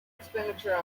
expenditure